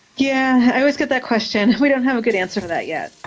yeah, i always get that question. we don't have a good answer for that yet.